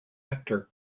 actor